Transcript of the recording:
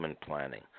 planning